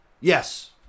Yes